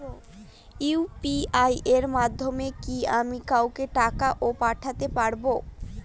UPI এর মাধ্যমে কি আমি কাউকে টাকা ও পাঠাতে পারবো?